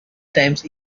times